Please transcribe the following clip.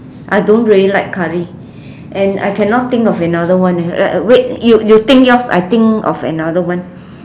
I don't really like curry and I cannot think of another one eh like wait you you think yours I think of another one